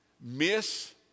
Miss